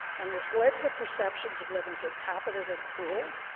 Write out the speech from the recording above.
and this led to perceptions of them as incompetent and cruel.